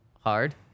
hard